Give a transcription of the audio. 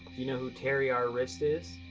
you know who terry r. wriste is?